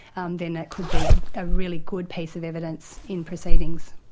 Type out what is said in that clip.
um then that could be a really good piece of evidence in proceedings.